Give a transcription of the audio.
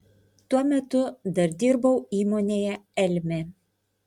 tuo metu dar dirbau įmonėje elmė